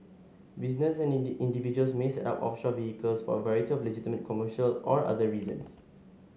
businesses and individuals may set up offshore vehicles for a variety of legitimate commercial or other reasons